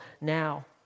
now